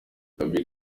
gaby